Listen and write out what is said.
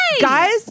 guys